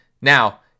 Now